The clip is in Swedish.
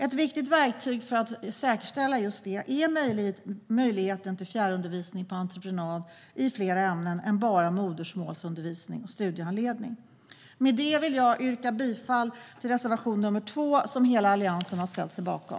Ett viktigt verktyg för att säkerställa just detta är möjligheten till fjärrundervisning på entreprenad på fler områden än bara modersmålsundervisning och studiehandledning. Med detta vill jag yrka bifall till reservation nr 2, som hela Alliansen har ställt sig bakom.